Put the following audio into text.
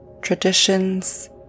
traditions